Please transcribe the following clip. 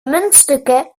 muntstukken